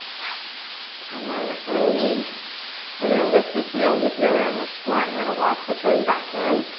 yes, and then release we're gonna lift the heels if you're in the squat. you're gonna walk the toes back in.